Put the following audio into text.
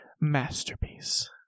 Masterpiece